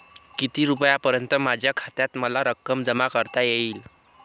किती रुपयांपर्यंत माझ्या खात्यात मला रक्कम जमा करता येईल?